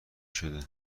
شده